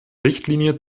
richtlinie